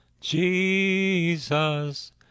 jesus